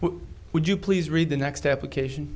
you would you please read the next step occasion